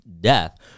death